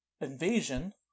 invasion